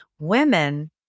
women